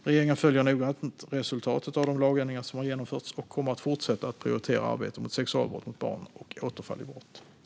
Regeringen följer noggrant resultatet av de lagändringar som har genomförts och kommer att fortsätta prioritera arbetet mot sexualbrott mot barn och återfall i brott.